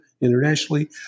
internationally